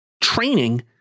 training